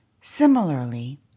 Similarly